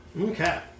Okay